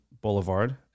Boulevard